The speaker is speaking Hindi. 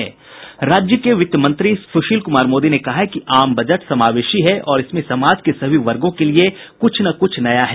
राज्य के वित्त मंत्री सुशील कुमार मोदी ने कहा है कि आम बजट समावेशी है और इसमें समाज के सभी वर्गो के लिए कुछ न कुछ नया है